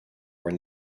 were